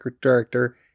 director